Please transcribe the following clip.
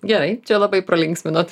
gerai čia labai pralinksminot